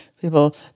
people